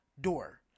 door